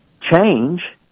change